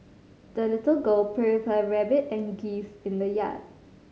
the little girl played with her rabbit and geese in the yard